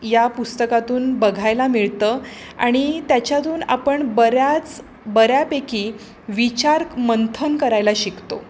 या पुस्तकातून बघायला मिळतं आणि त्याच्यातून आपण बऱ्याच बऱ्यापैकी विचारमंथन करायला शिकतो